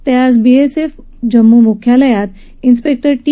ते आज बीएसएफच्या जम्मू मुख्यालयात इन्स्पेक्टर टी